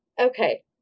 Okay